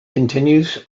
continues